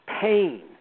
pain